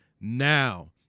now